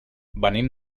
venim